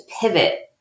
pivot